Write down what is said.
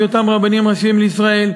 בהיותם רבנים ראשיים לישראל,